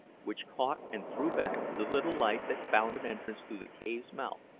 which caught and threw back the little light that found an entrance through the cave's mouth,